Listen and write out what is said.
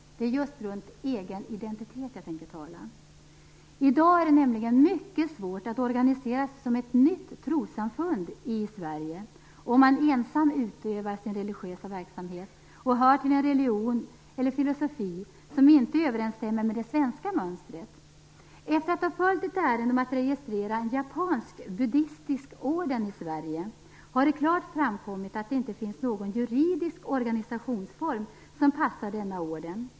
Det är just runt egen identitet jag tänker tala. I dag är det nämligen mycket svårt att organisera sig som ett nytt trossamfund i Sverige om man ensam utövar sin religiösa verksamhet och hör till en religion eller filosofi som inte överensstämmer med det svenska mönstret. Efter att ha följt ett ärende om att registrera en japansk buddistisk orden i Sverige kan jag säga att det klart har framkommit att det inte finns någon juridisk organisationsform som passar denna orden.